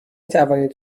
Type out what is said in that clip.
توانید